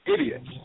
idiots